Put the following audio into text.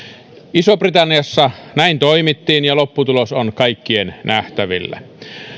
isossa britanniassa näin toimittiin ja lopputulos on kaikkien nähtävillä